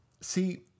see